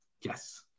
Yes